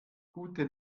gute